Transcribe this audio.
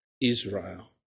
Israel